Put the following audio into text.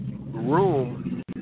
room